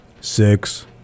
six